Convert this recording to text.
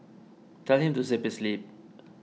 tell him to zip his lip